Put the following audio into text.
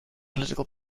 political